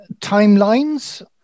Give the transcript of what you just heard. timelines